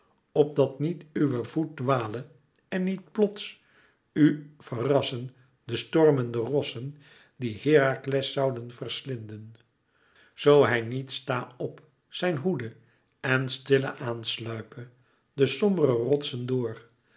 opdat niet uw voet dwale en niet plots u verrassen de stormende rossen die herakles zouden verslinden zoo hij niet sta op zijn hoede en stille aan sluipe de sombere rotsen door